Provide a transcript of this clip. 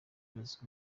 bibaza